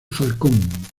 falcón